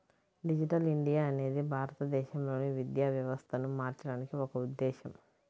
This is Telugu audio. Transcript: డిజిటల్ ఇండియా అనేది భారతదేశంలోని విద్యా వ్యవస్థను మార్చడానికి ఒక ఉద్ధేశం